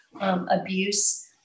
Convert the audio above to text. Abuse